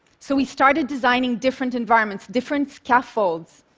so we started designing different environments, different scaffolds,